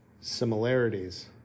Similarities